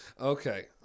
okay